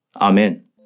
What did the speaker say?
Amen